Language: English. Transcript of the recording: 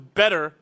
better